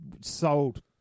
sold